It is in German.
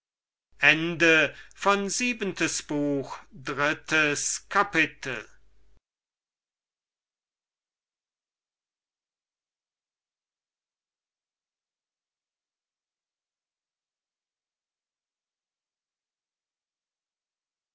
siebentes buch erstes kapitel